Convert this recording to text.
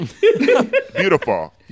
beautiful